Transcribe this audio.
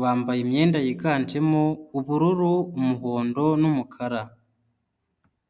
bambaye imyenda yiganjemo: ubururu, umuhondo n'umukara.